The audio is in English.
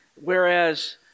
Whereas